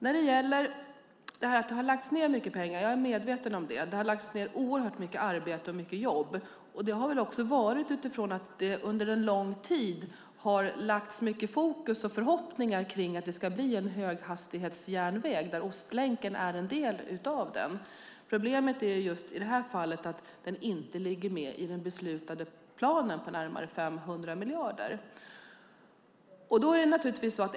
Jag är medveten om att det har lagts ned mycket pengar och oerhört mycket arbete under en lång tid utifrån fokus och förhoppningar på att det ska bli en höghastighetsjärnväg, där Ostlänken är en del. Problemet är just i det här fallet att den inte ligger med i den beslutade planen på närmare 500 miljarder.